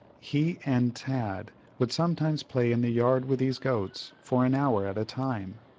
he and tad would sometimes play in the yard with these goats, for an hour at a time.